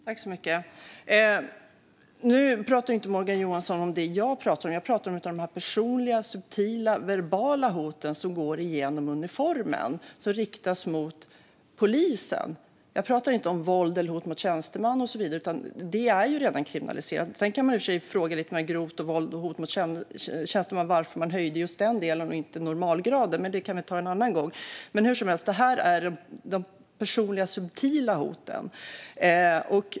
Fru talman! Nu pratar inte Morgan Johansson om det som jag pratar om. Jag pratar om de personliga subtila verbala hoten, som går igenom uniformen och som riktas mot polisen. Jag pratar inte om våld eller hot mot tjänsteman och så vidare. Det är ju redan kriminaliserat. Sedan kan man i och för sig fråga sig när det gäller grovt våld och hot mot tjänsteman varför man höjde just den delen och inte normalgraden, men det kan vi ta en annan gång. Hur som helst gäller detta de personliga subtila hoten.